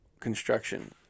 construction